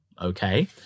okay